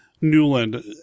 newland